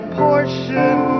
portion